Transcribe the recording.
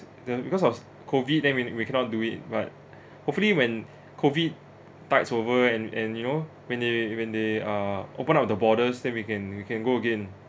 the because of COVID then we we cannot do it but hopefully when COVID tides over and and you know when they when they ah open up the borders then we can we can go again